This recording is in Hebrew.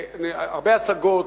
הרבה השגות